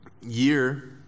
year